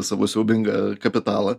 savo siaubingą kapitalą